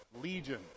Legion